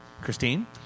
Christine